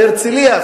להרצלייה.